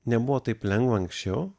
nebuvo taip lengva anksčiau